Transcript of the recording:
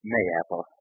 Mayapple